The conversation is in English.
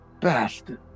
bastard